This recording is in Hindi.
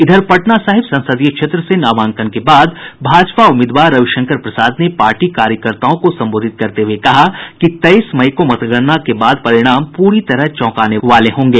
इधर पटना साहिब संसदीय क्षेत्र से नामांकन के बाद भाजपा उम्मीदवार रविशंकर प्रसाद ने पार्टी कार्यकर्ताओं को संबोधित करते हुये कहा कि तेईस मई को मतगणना के बाद परिणाम पूरी तरह चौंकाने वाले होंगे